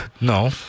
no